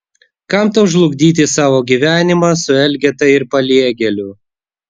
kam tau žlugdyti savo gyvenimą su elgeta ir paliegėliu